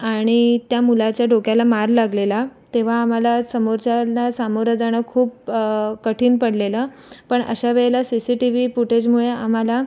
आणि त्या मुलाच्या डोक्याला मार लागलेला तेव्हा आम्हाला समोरच्यांना सामोरं जाणं खूप कठीण पडलेलं पण अशा वेळेला सी सी टी व्ही फुटेजमुळे आम्हाला